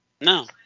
No